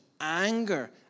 anger